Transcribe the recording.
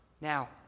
now